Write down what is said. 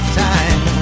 time